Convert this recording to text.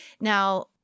Now